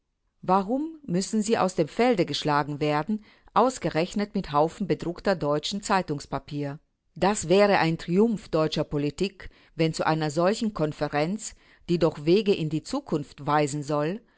warum müssen sie aus dem felde geschlagen werden ausgerechnet mit haufen bedruckten deutschen zeitungspapiers das wäre ein triumph deutscher politik wenn zu einer solchen konferenz die doch wege in die zukunft weisen soll